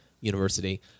University